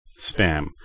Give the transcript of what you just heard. spam